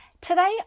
Today